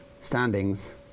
standings